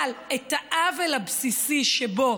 אבל את העוול הבסיסי שבו